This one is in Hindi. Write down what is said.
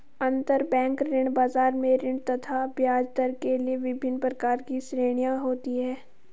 अंतरबैंक ऋण बाजार में ऋण तथा ब्याजदर के लिए विभिन्न प्रकार की श्रेणियां होती है